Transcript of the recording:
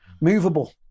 movable